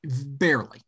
Barely